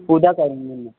उद्या करून घेईन मग